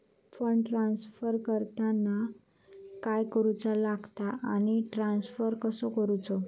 Fund transfer करताना काय करुचा लगता आनी ट्रान्स्फर कसो करूचो?